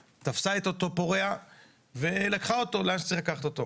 תפסה את אותו פורע ולקחה אותו לאן שצריך לקחת אותו.